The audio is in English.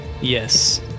yes